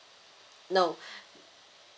no